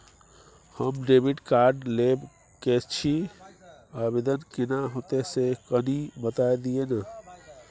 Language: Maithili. हम डेबिट कार्ड लेब के छि, आवेदन केना होतै से कनी बता दिय न?